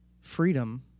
freedom